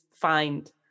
find